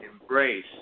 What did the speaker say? embrace